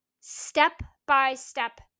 step-by-step